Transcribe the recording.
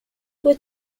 with